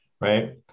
right